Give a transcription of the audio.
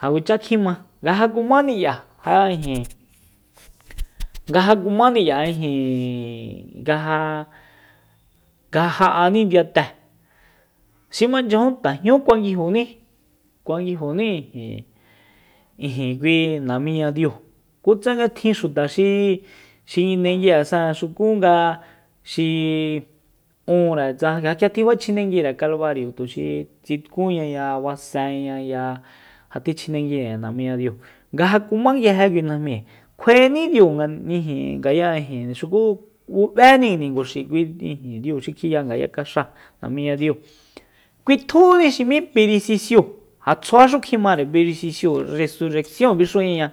ja kuacha kjima nga ja kumáni k'ia ja ijin nga ja kumáni k'ia ijin nga ja nga ja ja'áni ndiyate xi ma nchyajun kuanguijoní kuanguijoní ijin kui namiñadiu ku tsanga tjin xuta xi xi nguindengui'esa xuku nga xi unre tsa ja k'ia tjifachjinenguire kalbario tuxi tsikunñaya baseñaya ja tjichjinenguire namiña diu nga ja kumá nguije kui najmi kjuaeni diu nga ijin ngaya ijin xuku bub'éni ninguxi kui diu xi kjiya ngaya kaxáa namíña diu kuitjúni xi m'í pirisisiu ja tsjuaxu kjimare pirisisiu resurreccion bixuñaña